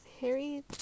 harry